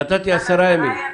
נתתי עשרה ימים.